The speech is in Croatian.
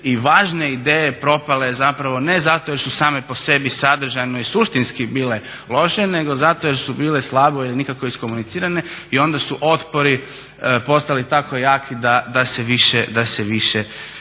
i važne ideje propale zapravo ne zato jer su same po sebi sadržano i suštinski bile loše, nego zato jer su bile slabo ili nikako iskomunicirane i onda su otpori postali tako jaki da se više nije